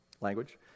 language